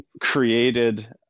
created